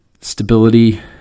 stability